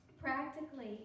practically